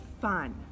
fun